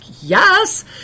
yes